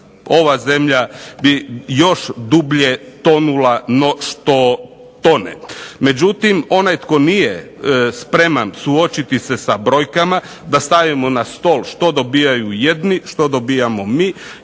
ova zemlja bi još dublje tonula no što tone. Međutim, onaj tko nije spreman suočiti se sa brojkama, da stavimo na stol što dobijaju jedni, što dobijamo mi.